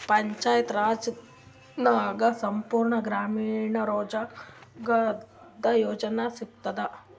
ಪಂಚಾಯತ್ ರಾಜ್ ನಾಗ್ ಸಂಪೂರ್ಣ ಗ್ರಾಮೀಣ ರೋಜ್ಗಾರ್ ಯೋಜನಾ ಸಿಗತದ